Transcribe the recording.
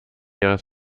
ihres